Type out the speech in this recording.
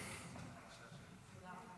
סגרתי את